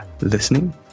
listening